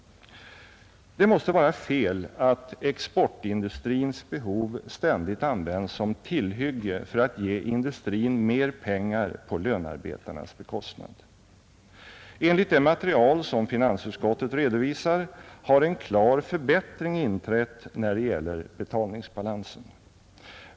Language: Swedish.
Det måste vara fel att exportindustrins behov ständigt används som tillhygge för att ge industrin mer pengar på lönarbetarnas bekostnad. Enligt det material som finansutskottet redovisar har en klar förbättring inträtt när det gäller betalningsbalansen.